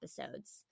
episodes